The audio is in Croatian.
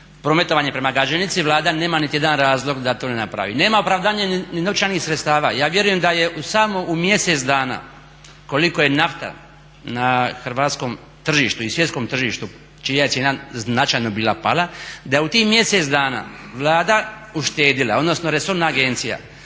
prometovanjem prema Gaženici, Vlada nema niti jedan razlog da to ne napravi. Nema opravdanja i novčanih sredstava. Ja vjerujem da je samo u mjesec dana koliko je nafta na hrvatskom tržištu i svjetskom tržištu čija je cijena značajno bila pala, da je u tih mjesec dana Vlada uštedila odnosno resorna agencija